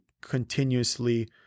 continuously